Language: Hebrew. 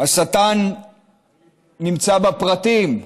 השטן נמצא בפרטים?